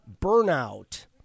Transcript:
burnout